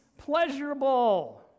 pleasurable